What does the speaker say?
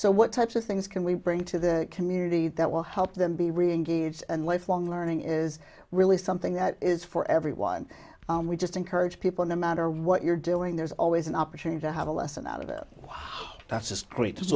so what types of things can we bring to the community that will help them be reengaged and lifelong learning is really something that is for everyone we just encourage people no matter what you're doing there's always an opportunity to have a lesson out of it that's just great to